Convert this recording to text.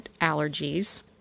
allergies